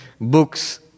books